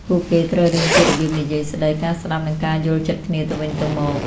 ពួកគេត្រូវរៀនពីរបៀបនិយាយស្តី ការស្តាប់ និងការយល់ចិត្តគ្នាទៅវិញទៅមក។